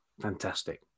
Fantastic